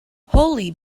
holy